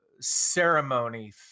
ceremony